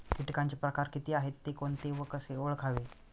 किटकांचे प्रकार किती आहेत, ते कोणते व कसे ओळखावे?